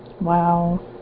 Wow